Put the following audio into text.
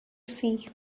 see